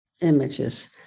images